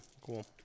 Cool